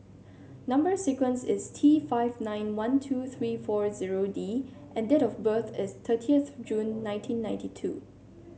number sequence is T five nine one two three four zero D and date of birth is thirtieth June nineteen ninety two